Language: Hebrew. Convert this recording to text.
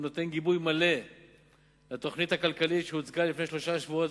הוא נותן גיבוי מלא לתוכנית הכלכלית שהוצגה לפני שלושה שבועות,